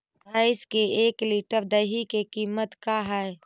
भैंस के एक लीटर दही के कीमत का है?